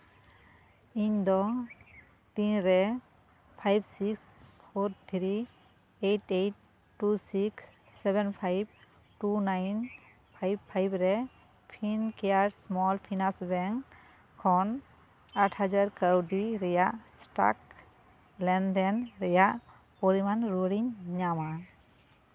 ᱤᱧ ᱫᱚ ᱛᱤᱱᱨᱮ five six four three eight eight two six seven five two nine five five ᱨᱮ Fincare's small finance bank ᱨᱮ ᱠᱷᱚᱱ ᱟᱴ ᱦᱟᱡᱟᱨ ᱠᱟᱹᱣᱰᱤ ᱨᱮᱭᱟᱜ ᱥᱴᱟᱠ ᱞᱮᱱᱫᱮᱱ ᱨᱮᱭᱟᱜ ᱞᱮᱱᱫᱮᱱ ᱨᱮᱭᱟᱜ ᱯᱚᱨᱤᱢᱟᱱ ᱨᱩᱣᱟᱹᱲᱤᱧ ᱧᱟᱢᱟ